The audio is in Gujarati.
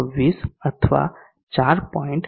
026 અથવા 4